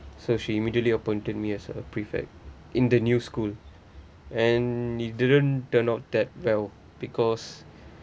so she immediately appointed me as a prefect in the new school and it didn't turn out that well because